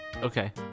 Okay